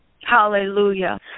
Hallelujah